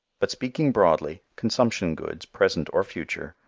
but speaking broadly, consumption goods, present or future,